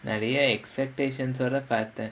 நிறையா:niraiyaa expectations ஓட பாத்தேன்:oda paathaen